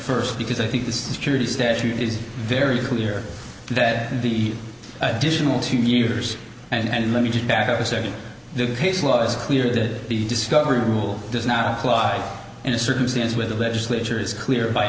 first because i think the security statute is very clear that the additional two years and let me just back up a second the case law is clear that the discovery rule does not apply in a circumstance where the legislature is clear by